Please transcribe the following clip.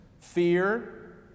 fear